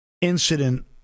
incident